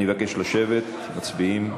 אני מבקש לשבת, מצביעים.